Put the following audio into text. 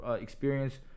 experience